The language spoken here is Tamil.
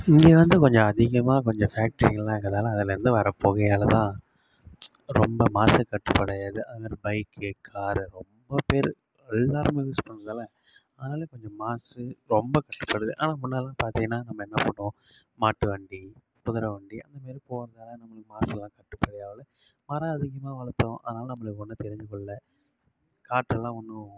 இங்கே வந்து கொஞ்சம் அதிகமாக கொஞ்சம் ஃபேக்ட்ரிங்கெல்லாம் அங்கே தான் அதுலேருந்து வந்த புகையால தான் ரொம்ப மாசுக்கட்டுப்பாடு ஆயிடுது அதில் பைக்கு காரு ரொம்பப் பேர் எல்லாரும் அதனால கொஞ்சம் மாசு ரொம்ப கெட்டுபோயிடுது ஆனால் முன்னாடியெல்லாம் பார்த்திங்கன்னா நம்ம என்ன பண்ணுவோம் மாட்டுவண்டி குதிரை வண்டி அது மாதிரி போனால் நமக்கு மாசு வரத்துக்கு இல்லை மரம் அதிகமாக வளர்த்தோம் அதனால் நம்மளுக்கு ஒன்றும் தெரிந்து கொள்ளலை காற்றேல்லாம் ஒன்றும்